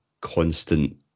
constant